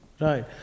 right